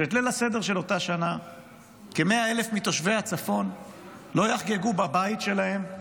שאת ליל הסדר של אותה שנה כ-100,000 מתושבי הצפון לא יחגגו בבית שלהם,